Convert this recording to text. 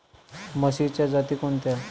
म्हशीच्या जाती कोणत्या?